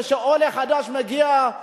כשעולה חדש מגיע,